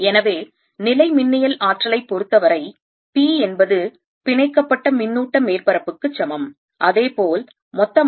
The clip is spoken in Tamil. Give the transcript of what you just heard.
எனவே நிலைமின்னியல் ஆற்றலைப் பொருத்தவரை p என்பது பிணைக்கப்பட்ட மின்னூட்ட மேற்பரப்புக்கு சமம் அதே போல் மொத்தமாக